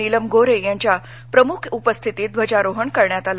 नीलम गोन्हे यांच्या प्रमुख उपस्थितीत ध्वजारोहण करण्यात आलं